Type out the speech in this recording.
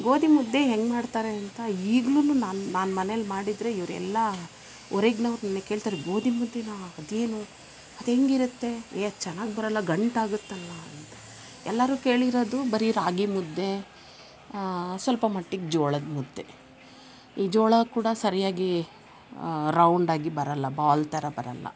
ಗೋದಿ ಮುದ್ದೆ ಹೆಂಗೆ ಮಾಡ್ತಾರೆ ಅಂತ ಈಗಲೂನು ನಾನು ನಾನು ಮನೇಲಿ ಮಾಡಿದರೆ ಇವರೆಲ್ಲ ಹೊರಗ್ನೋರು ನನ್ನ ಕೇಳ್ತಾರೆ ಗೋದಿ ಮುದ್ದೆನಾ ಅದು ಏನು ಅದೆಂಗಿರುತ್ತೆ ಏ ಅದು ಚೆನ್ನಾಗಿ ಬರಲ್ಲ ಗಂಟಾಗುತ್ತಲ್ಲ ಅಂತ ಎಲ್ಲಾರು ಕೇಳಿರೋದು ಬರೀ ರಾಗಿ ಮುದ್ದೆ ಸ್ವಲ್ಪ ಮಟ್ಟಿಗೆ ಜೋಳದ ಮುದ್ದೆ ಈ ಜೋಳ ಕೂಡ ಸರಿಯಾಗಿ ರೌಂಡಾಗಿ ಬರಲ್ಲ ಬಾಲ್ ಥರ ಬರಲ್ಲ